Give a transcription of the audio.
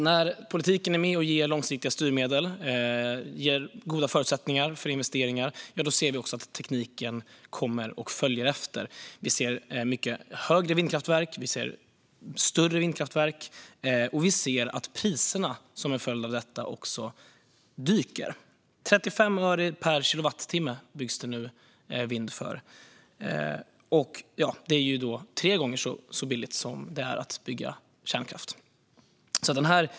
När politiken är med och ger långsiktiga styrmedel och goda förutsättningar för investeringar ser vi att tekniken följer efter. Vi ser mycket högre vindkraftverk, vi ser större vindkraftverk och vi ser att priserna som en följd av detta dyker. Nu byggs det vindkraft för 35 öre per kilowattimme. Det är tre gånger så billigt som det är att bygga kärnkraft.